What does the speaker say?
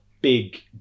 big